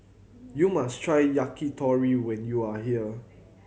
you must try Yakitori when you are here